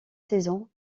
saisons